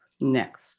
next